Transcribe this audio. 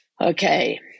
Okay